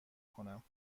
کنم